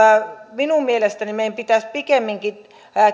minun mielestäni meidän pitäisi pikemminkin